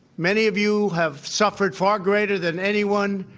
many of you have suffered far greater than anyone,